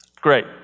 Great